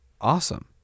awesome